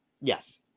Yes